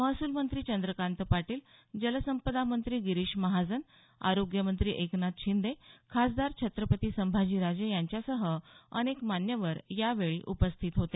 महसूल मंत्री चंद्रकांत पाटील जलसंपदा मंत्री गिरीश महाजन आरोग्यमंत्री एकनाथ शिंदे खासदार छत्रपती संभाजीराजे यांच्यासह अनेक मान्यवर यावेळी उपस्थित होते